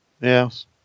Yes